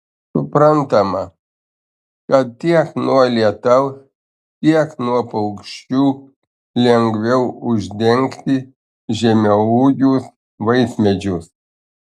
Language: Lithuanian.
suprantama kad tiek nuo lietaus tiek nuo paukščių lengviau uždengti žemaūgius vaismedžius